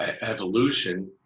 evolution